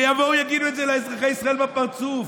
שיבואו ויגידו את זה לאזרחי ישראל בפרצוף.